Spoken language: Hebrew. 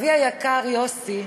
אבי היקר, יוסי,